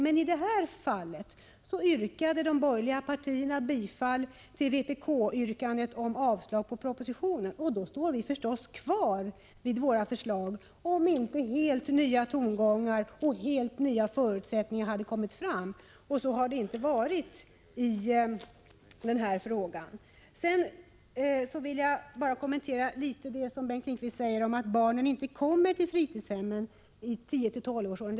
Men i det här fallet tillstyrker de borgerliga partierna vpk-yrkandet om avslag på propositionen, och då står vi naturligtvis kvar vid våra förslag, om inte helt nya tongångar hörs och helt nya förutsättningar kommer att gälla, och så har inte varit fallet i den här frågan. Jag vill sedan bara kommentera vad Bengt Lindqvist sade om att barnen i 10-12-årsåldern inte kommer till fritidshemmen.